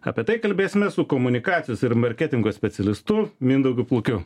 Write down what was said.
apie tai kalbėsime su komunikacijos ir marketingo specialistu mindaugu plukiu